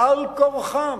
על-כורחם,